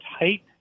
tight